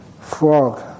frog